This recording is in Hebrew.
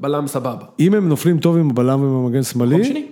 בלם סבבה, אם הם נופלים טוב עם בלם ועם המגן שמאלי